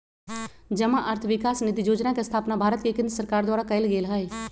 जमा अर्थ विकास निधि जोजना के स्थापना भारत के केंद्र सरकार द्वारा कएल गेल हइ